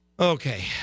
Okay